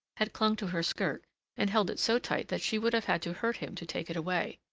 had clung to her skirt and held it so tight that she would have had to hurt him to take it away.